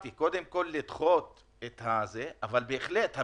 על סמך זה חתמו חוזה, על סמך זה הלכו ורכשו דירה.